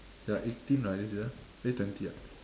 you're eighteen right this year eh twenty ah